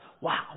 Wow